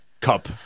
cup